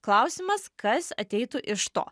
klausimas kas ateitų iš to